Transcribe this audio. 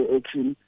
action